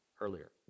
earlier